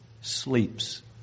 sleeps